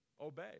obey